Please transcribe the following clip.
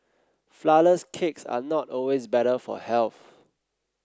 flourless cakes are not always better for health